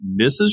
Mrs